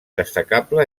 destacable